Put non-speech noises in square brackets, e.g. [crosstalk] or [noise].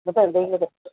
[unintelligible]